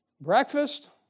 Breakfast